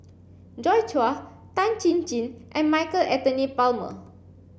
Joi Chua Tan Chin Chin and Michael Anthony Palmer